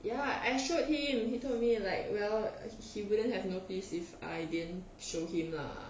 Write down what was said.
ya I showed him he told me like well he wouldn't have noticed if I didn't show him lah